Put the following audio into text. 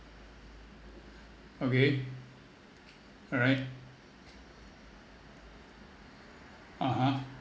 okay alright (uh huh)